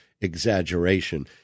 exaggeration